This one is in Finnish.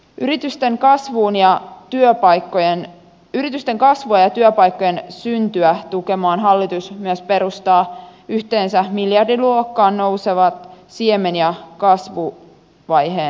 yritysten kasvua ja työpaikkojen syntyä tukemaan hallitus myös perustaa yhteensä miljardiluokkaan nousevat siemen ja kasvuvaiheen rahastot